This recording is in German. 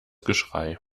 geschrei